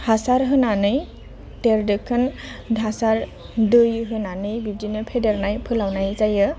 हासार होनानै देर दोखोन हासार दै होनानै बिब्दिनो फेदेरनाय फोलावनाय जायो